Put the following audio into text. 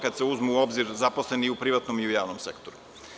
Kada se uzmu u obzir zaposleni u privatnom i javnom sektoru.